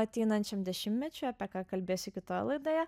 ateinančiam dešimtmečiui apie ką kalbėsiu kitoj laidoje